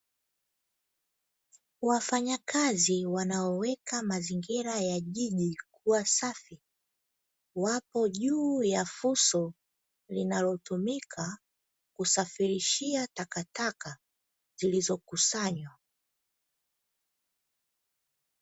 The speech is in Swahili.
Wafanyakazi wanaoweka mazingira ya jiji kuwa safi, wapo juu ya fuso linalotumika kusafirishia takataka zilizokusanywa.